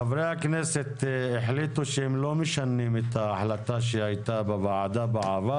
אז חברי הכנסת החליטו שהם לא משנים את ההחלטה שהייתה בעבר